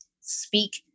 speak